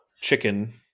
chicken